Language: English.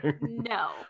No